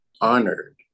honored